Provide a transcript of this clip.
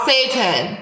Satan